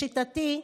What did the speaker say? לשיטתי,